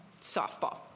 softball